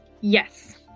yes